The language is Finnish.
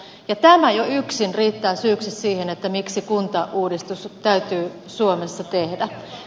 tämä jo yksin riittää syyksi siihen miksi kuntauudistus täytyy suomessa tehdä